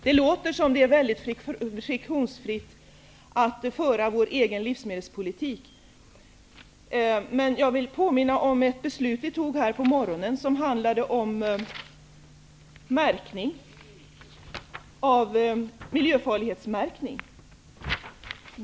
Det låter som om det är mycket friktionsfritt att föra vår egen livsmedelspolitik, men jag vill påminna om ett beslut som vi fattade här på morgonen som handlade om miljöfarlighetsmärkning.